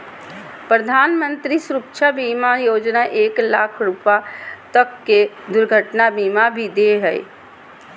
प्रधानमंत्री सुरक्षा बीमा योजना एक लाख रुपा तक के दुर्घटना बीमा भी दे हइ